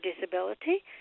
disability